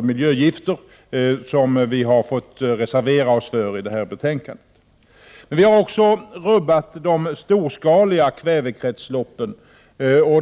miljögifter, vilket vi har fått reservera oss till förmån för vid utarbetandet av detta betänkande. Vi har också rubbat de storskaliga kvävekretsloppen.